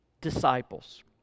disciples